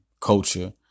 culture